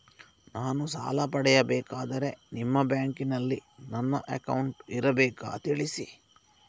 ನಾನು ಸಾಲ ಪಡೆಯಬೇಕಾದರೆ ನಿಮ್ಮ ಬ್ಯಾಂಕಿನಲ್ಲಿ ನನ್ನ ಅಕೌಂಟ್ ಇರಬೇಕಾ ತಿಳಿಸಿ?